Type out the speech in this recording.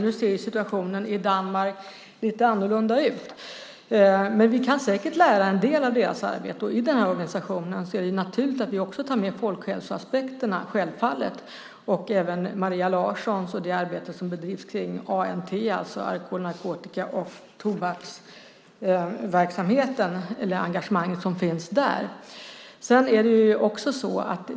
Nu ser ju situationen i Danmark lite annorlunda ut, men vi kan säkert lära oss en del av deras arbete. I den här organisationen är det självfallet naturligt att vi också tar med folkhälsoaspekterna, Maria Larsson och det arbete som bedrivs kring ANT, alltså alkohol, narkotika och tobak, och det engagemang som finns där.